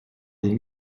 des